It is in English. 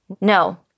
No